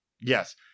yes